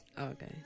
Okay